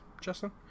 Justin